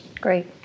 Great